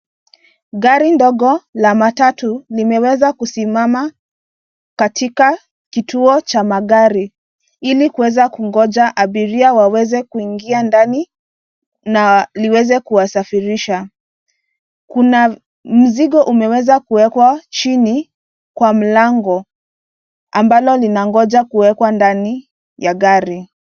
Gari ndogo la matatu limeweza kusimama katika kituo cha magari ili kuweza kungoja abiria waweze kuingia ndani na liweze kuwasafirisha. Kuna mzigo umeweswa kuwekwa chini kwa mlango ambalo linangoja kuwekwa ndani ya ngari.